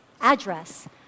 address